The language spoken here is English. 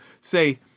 Say